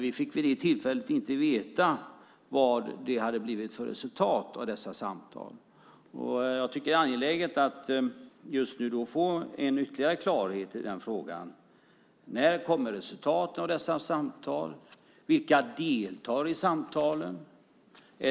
Vi fick vid det tillfället inte veta vad det hade blivit för resultat av dessa samtal. Det är angeläget att just nu få en ytterligare klarhet i den frågan. När kommer resultaten av dessa samtal? Vilka deltar i samtalen?